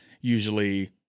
usually